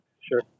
sure